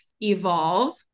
evolve